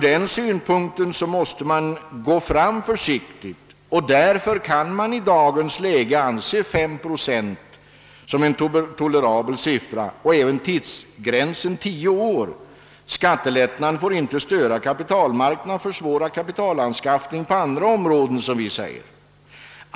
Därför måste man gå fram försiktigt, och man kan därför i dagens läge anse 5 procent vara en tolerabel siffra liksom också tidsgränsen tio år. Skattelättnaden får inte störa kapitalmarknaden och försvåra kapitalanskaffning på andra områden, som vi säger.